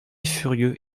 furieux